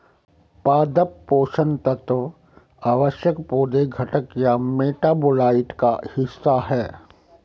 पादप पोषण तत्व आवश्यक पौधे घटक या मेटाबोलाइट का हिस्सा है